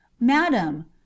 Madam